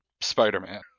Spider-Man